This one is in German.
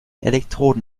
elektroden